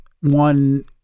one